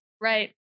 right